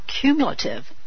cumulative